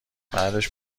بعدش